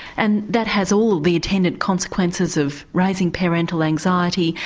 and that has all the attendant consequences of raising parental anxiety,